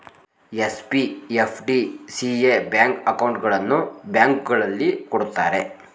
SB, FD, CA bank ಅಕೌಂಟ್ಗಳನ್ನು ಬ್ಯಾಂಕ್ಗಳಲ್ಲಿ ಕೊಡುತ್ತಾರೆ